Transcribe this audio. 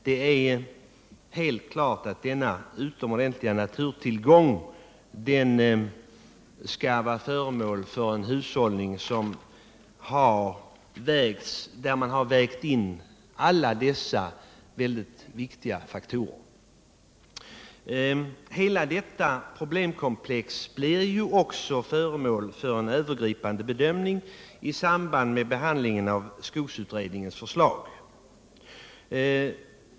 Det är helt klart att denna utomordentligt viktiga naturtillgång skall vara föremål för en hushållning där man har vägt in alla dessa utomordentligt viktiga faktorer. Hela detta problemkomplex blir ju också föremål för en övergripande bedömning i samband med behandlingen av skogsutredningens förslag.